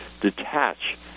detach